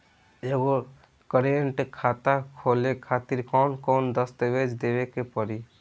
एगो करेंट खाता खोले खातिर कौन कौन दस्तावेज़ देवे के पड़ी?